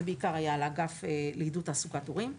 זה בעיקר היה על האגף לעידוד תעסוקת הורים.